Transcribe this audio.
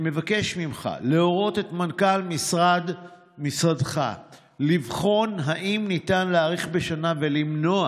אני מבקש ממך להורות למנכ"ל משרדך לבחון אם ניתן להאריך בשנה ולמנוע